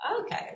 Okay